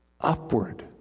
Upward